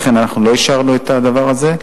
לכן, אנחנו לא אישרנו את הדבר הזה.